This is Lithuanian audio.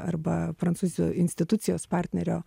arba prancūzijo institucijos partnerio